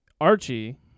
Archie